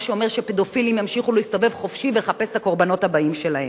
מה שאומר שפדופילים ימשיכו להסתובב חופשי ולחפש את הקורבנות הבאים שלהם.